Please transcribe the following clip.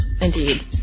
Indeed